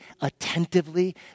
attentively